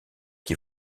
qui